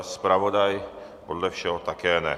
Pan zpravodaj podle všeho také ne.